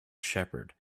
shepherd